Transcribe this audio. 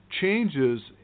changes